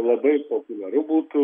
labai populiaru būtų